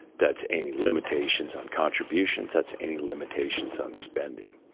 that's any limitations on contributions. that's any limitations on spending.